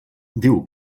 diu